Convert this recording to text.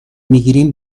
میگیریم